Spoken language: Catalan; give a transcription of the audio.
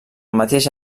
mateix